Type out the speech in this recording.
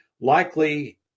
likely